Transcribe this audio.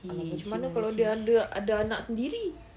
eh macam mana kalau dia ada ada anak sendiri